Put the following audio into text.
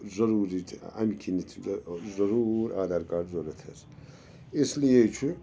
ضٔروٗری تہِ اَمہِ کِنِتھ ضروٗر آدھار کارڈ ضوٚرَتھ حظ اسلیے چھُ